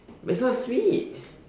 but it's not sweet